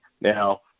Now